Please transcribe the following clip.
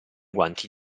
guanti